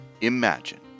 Imagine